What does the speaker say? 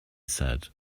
said